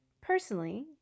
Personally